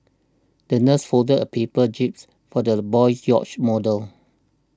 the nurse folded a paper jibs for the boy's yacht model